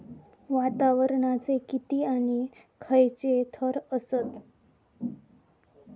वातावरणाचे किती आणि खैयचे थर आसत?